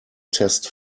test